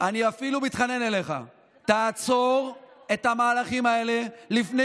אני אפילו מתחנן אליך: תעצור את המהלכים האלה לפני